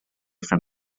from